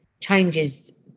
changes